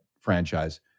franchise